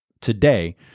today